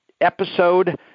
episode